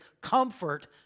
comfort